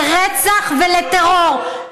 לרצח ולטרור.